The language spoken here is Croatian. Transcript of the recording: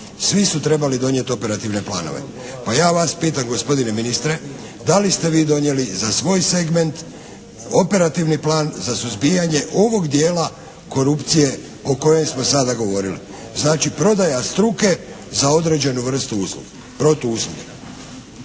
svi su trebali donijeti operativne planove. Pa ja vas pitam gospodine ministre, da li ste vi donijeli za svoj segment operativni plan za suzbijanje ovog dijela korupcije o kojoj smo sada govorili? Znači, prodaja struke za određenu vrstu usluge.